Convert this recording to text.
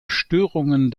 störungen